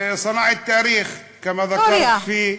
להלן תרגומם הסימולטני לעברית: